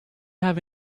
have